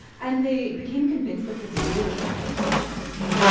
and they became convinced that the video was about white genocide.